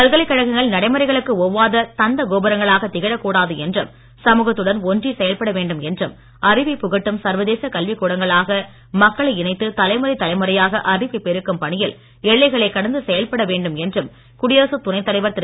பல்கலைகழகங்கள் நடைமுறைகளுக்கு ஒவ்வாத தந்த கோபுரங்களாக திகழக்கூடாது என்றும் சமூகத்துடன் ஒன்றி செயல்பட வேண்டும் என்றும் அறிவைப் புகட்டும் சர்வதேச கல்விக் கூடங்களாக மக்களை இணைத்து தலைமுறை தலைமுறையாக அறிவை பெருக்கும் பணியில் எல்லைகளை கடந்து செயல்பட வேண்டும் என்றும் குடியரசு துணை தலைவர் திரு